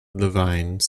levine